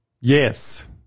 Yes